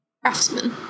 Craftsman